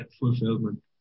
fulfillment